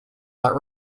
that